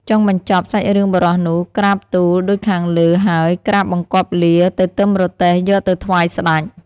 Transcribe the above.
ចុងបញ្ចប់សាច់រឿងបុរសនោះក្រាបទូលដូចខាងលើហើយក្រាបបង្គំលាទៅទឹមរទេះយកទៅថ្វាយស្ដេច។